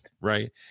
Right